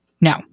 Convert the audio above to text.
No